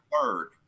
third